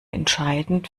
entscheidend